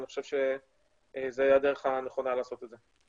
אני חושב שזו הדרך הנכונה לעשות את זה.